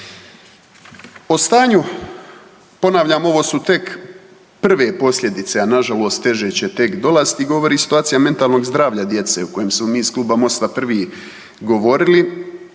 O stanju, ponavljam ovo su tek prve posljedice, a nažalost teže će tek dolaziti govori situacija mentalnog zdravlja djece o kojem smo mi iz Kluba MOST-a prvi govorili.